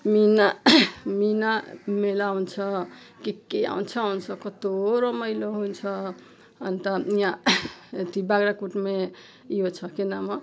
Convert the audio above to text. मिना मिना मेला हुन्छ के के आउँछ आउँछ कस्तो रमाइलो हुन्छ अनि त यहाँ एथि बाख्राकोटमें ऊ यो छ के नाम हो